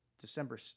December